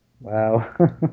Wow